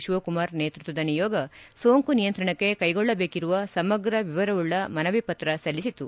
ಶಿವಕುಮಾರ್ ನೇತೃಕ್ಷದ ನಿಯೋಗ ಸೋಂಕು ನಿಯಂತ್ರಣಕ್ಕೆ ಕೈಗೊಳ್ಳಬೇಕಿರುವ ಸಮಗ್ರ ವಿವರವುಳ್ಳ ಮನವಿ ಪತ್ರ ಸಲ್ಲಿಸಿತು